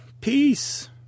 peace